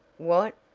what?